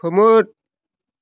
खोमोर